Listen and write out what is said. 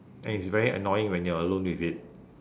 and it's very annoying when you are alone with it